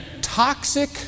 toxic